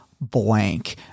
blank